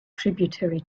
tributary